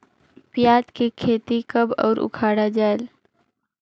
पियाज के खेती कब अउ उखाड़ा जायेल?